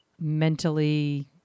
Mentally